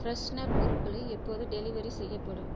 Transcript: freshener பொருட்களை எப்போது delivery செய்யப்படும்